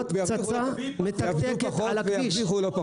תצילו את מי שנמצא, תשקיעו במי שנמצא.